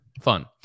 Fun